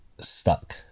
stuck